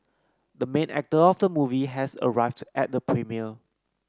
the main actor of the movie has arrived at the premiere